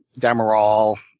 demerol.